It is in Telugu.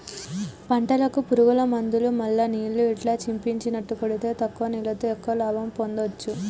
పంటలకు పురుగుల మందులు మల్ల నీళ్లు ఇట్లా చిమ్మిచినట్టు కొడితే తక్కువ నీళ్లతో ఎక్కువ లాభం పొందొచ్చు